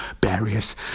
barriers